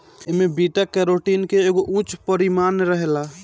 एमे beta carotene के एगो उच्च परिमाण रहेला